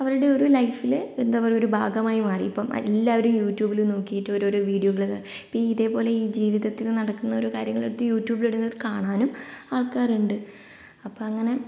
അവരുടെ ഒരു ലൈഫില് എന്താ പറയുക ഒരു ഭാഗമായി മാറി ഇപ്പം എല്ലാവരും യൂട്യൂബിൽ നോക്കിയിട്ട് ഓരോരോ വീഡിയോകൾ ഇപ്പം ഇതേപോലെ ഈ ജീവിതത്തില് നടക്കുന്ന ഓരോ കാര്യങ്ങൾ എടുത്ത് യൂട്യൂബിൽ ഇടുന്നത് കാണാനും ആൾക്കാരുണ്ട് അപ്പോൾ അങ്ങനെ